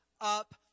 up